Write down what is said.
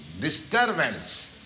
disturbance